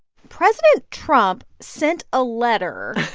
president trump sent a letter.